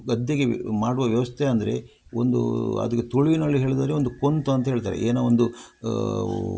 ಗದ್ದೆಗೆ ಮಾಡುವ ವ್ಯವಸ್ಥೆ ಅಂದರೆ ಒಂದು ಅದಕ್ಕೆ ತುಳುವಿನಲ್ಲಿ ಹೇಳುವುದಾದ್ರೆ ಒಂದು ಪೊಂತು ಅಂತ ಹೇಳ್ತಾರೆ ಏನೋ ಒಂದು